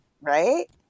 right